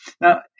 Now